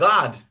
God